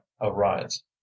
arise